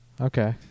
Okay